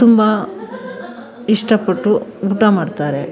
ತುಂಬ ಇಷ್ಟಪಟ್ಟು ಊಟ ಮಾಡ್ತಾರೆ